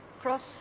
cross